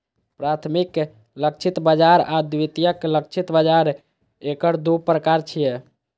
प्राथमिक लक्षित बाजार आ द्वितीयक लक्षित बाजार एकर दू प्रकार छियै